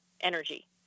energy